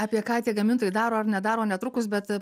apie ką tie gamintojai daro ar nedaro netrukus bet